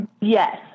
yes